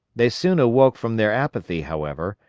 they soon awoke from their apathy, however,